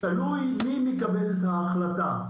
תלוי מי מקבל את ההחלטה,